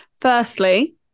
Firstly